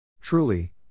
Truly